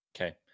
Okay